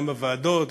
גם בוועדות,